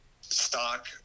Stock